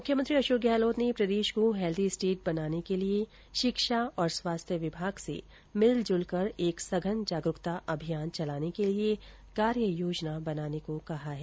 मुख्यमंत्री अशोक गहलोत ने प्रदेश को हैल्दी स्टेट बनाने के लिए शिक्षा औरं स्वास्थ्य विभाग से मिलजुल कर एक संघन जागरूकता अभियान चलाने के लिए कार्य योजना बनाने को कहा है